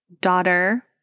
daughter